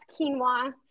quinoa